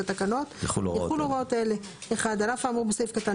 יחולו הוראות אלה: על אף האמור בסעיף קטן